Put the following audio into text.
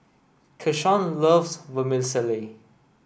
Keshawn loves Vermicelli